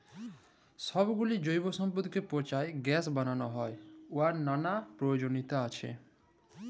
ছবগুলা জৈব সম্পদকে পঁচায় গ্যাস বালাল হ্যয় উয়ার ম্যালা পরয়োজলিয়তা আছে